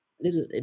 little